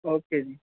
okay ਜੀ